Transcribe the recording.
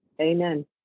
Amen